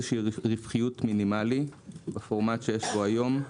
שהיא רווחיות מינימלית בפורמט שיש פה היום.